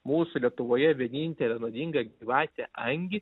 mūsų lietuvoje vienintelę nuodingą gyvatę angį